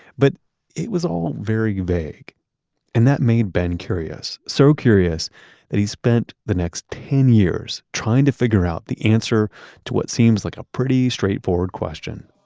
but it was all very vague and that made ben curious. so curious that he spent the next ten years trying to figure out the answer to what seems like a pretty straightforward question.